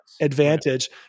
advantage